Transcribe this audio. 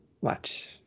watch